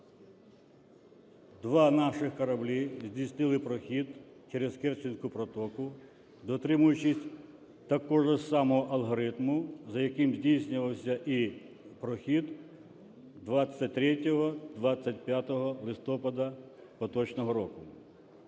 два наших кораблі здійснили прохід через Керченську протоку, дотримуючись такого ж самого алгоритму, за яким здійснювався і прохід 23-25 листопада поточного року.